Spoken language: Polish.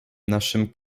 naszym